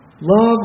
Love